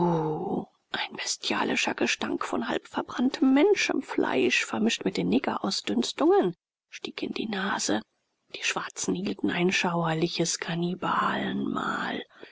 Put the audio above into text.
ein brenzliger gestank von halbverbranntem menschenfleisch vermischt mit den negerausdünstungen stieg in die nase die schwarzen hielten ein schauerliches kannibalenmahl